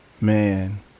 man